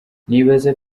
nibaza